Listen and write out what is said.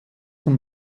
zum